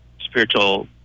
spiritual